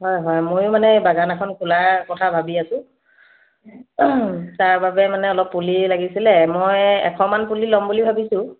হয় হয় ময়ো মানে এই বাগান এখন খোলাৰ কথা ভাবি আছো তাৰ বাবে মানে অলপ পুলি লাগিছিলে মই এশমান পুলি ল'ম বুলি ভাবিছোঁ